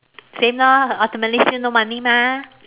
same lah ultimately still no money mah